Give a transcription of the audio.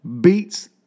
Beats